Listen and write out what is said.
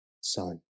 son